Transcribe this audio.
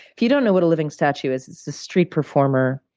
if you don't know what a living statue is, street performer,